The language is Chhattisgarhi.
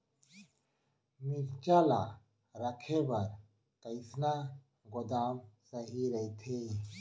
मिरचा ला रखे बर कईसना गोदाम सही रइथे?